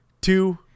two